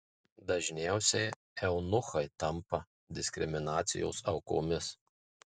dažniausiai eunuchai tampa diskriminacijos aukomis